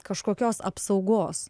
kažkokios apsaugos